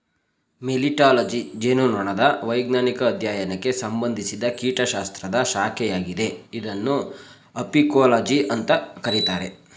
melittology ಜೇನುನೊಣದ ವೈಜ್ಞಾನಿಕ ಅಧ್ಯಯನಕ್ಕೆ ಸಂಬಂಧಿಸಿದ ಕೀಟಶಾಸ್ತ್ರದ ಶಾಖೆಯಾಗಿದೆ ಇದನ್ನು ಅಪಿಕೋಲಜಿ ಅಂತ ಕರೀತಾರೆ